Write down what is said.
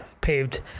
paved